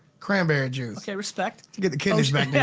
cranberry juice. okay, respect. to get the kidney's back yeah